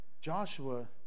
Joshua